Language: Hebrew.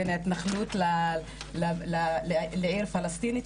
בין ההתנחלות לעיר פלסטינית,